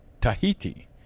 Tahiti